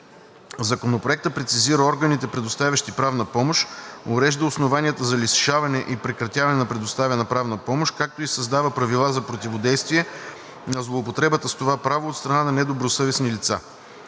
Законопроектът прецизира органите, предоставящи правна помощ, урежда основанията за лишаване и прекратяване на предоставена правна помощ, както и създава правила за противодействие на злоупотребата с това право от страна на недобросъвестни лица.